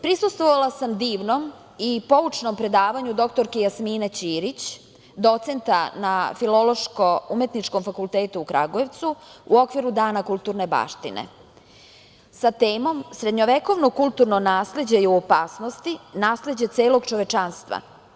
Prisustvovala sam divnom i poučnom predavanju doktorki Jasmine Ćirić, docenta na Filološko-umetničkom fakultetu u Kragujevcu, u okviru Dana kulturne baštine sa temom - srednjovekovno kulturno nasleđe je u opasnosti, nasleđe celog čovečanstva.